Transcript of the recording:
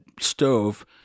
stove